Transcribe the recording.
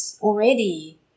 already